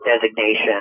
designation